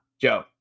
Joe